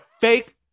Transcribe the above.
fake